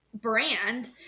brand